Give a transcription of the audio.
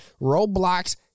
Roadblocks